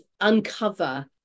uncover